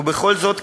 ובכל זאת,